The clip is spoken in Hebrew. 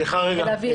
סליחה, רגע.